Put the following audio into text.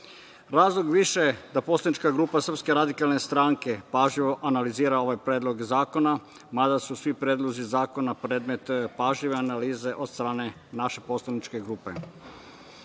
EU.Razlog više da poslanička grupa SRS pažljivo analizira ove predloge zakona, mada su svi predlozi zakona predmet pažljive analize od strane naše poslaničke grupe. Mi